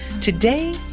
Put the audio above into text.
Today